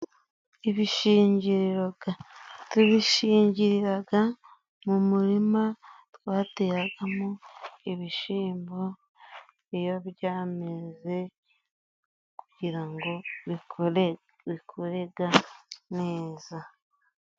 Ibishingiriroga. Tubishingiriraga mu murima twateragamo ibishimbo iyo byameze kugira ngo bikure bikurega neza!